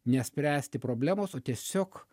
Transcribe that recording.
nespręsti problemos o tiesiog